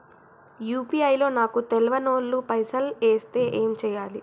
UPI లో నాకు తెల్వనోళ్లు పైసల్ ఎస్తే ఏం చేయాలి?